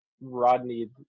Rodney